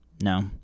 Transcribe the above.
no